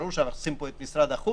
ברור שאנחנו מכניסים פה את משרד החוץ,